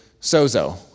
sozo